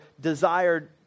desired